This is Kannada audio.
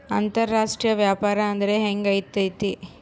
ಅಂತರಾಷ್ಟ್ರೇಯ ವ್ಯಾಪಾರ ಅಂದ್ರೆ ಹೆಂಗಿರ್ತೈತಿ?